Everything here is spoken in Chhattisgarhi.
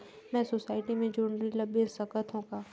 मैं सोसायटी मे जोंदरी ला बेच सकत हो का?